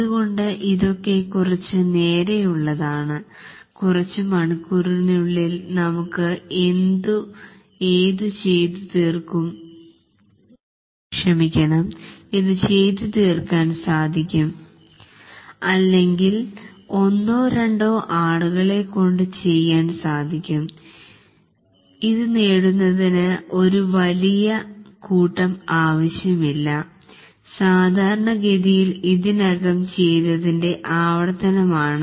അതുകൊണ്ടു ഇതൊക്കെ കുറച് നേരെയുള്ളതാണ് കുറച്ചു മണിക്കൂറിനുള്ളിൽ നമുക് ഏതു ചെയ്തു തീർക്കാൻ സാധിക്കും അല്ലെങ്കിൽ ഒന്നോ രണ്ടോ ആളുകളെ കൊണ്ട് ചെയ്യാൻ സാധിക്കും ഏതുനേടുന്നതിന് ഒരു വലിയ കൂട്ടം ആവശ്യമില്ല സാധാരണഗതിയിൽ ഇതിനകം ചെയ്തതിന്റെ ആവർത്തനം ആണ്